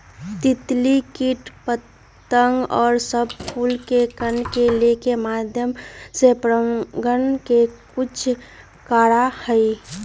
तितली कीट पतंग और सब फूल के कण के लेके माध्यम से परागण के कुछ करा हई